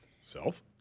Self